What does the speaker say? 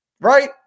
right